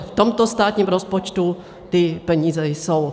V tomto státním rozpočtu ty peníze jsou.